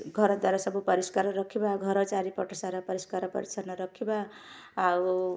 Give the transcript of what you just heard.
ଘରଦ୍ୱାର ସବୁ ପରିଷ୍କାର ରଖିବା ଘର ଚାରିପଟ ସାରା ପରିଷ୍କାର ପରିଛନ୍ନ ରଖିବା ଆଉ